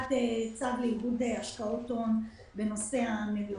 הארכת צו לעידוד השקעות הון בנושא המלונות.